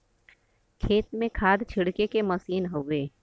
खेत में खाद छिड़के के मसीन हउवे